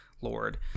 lord